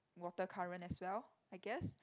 water current as well I guess